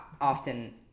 often